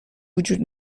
وجود